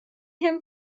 him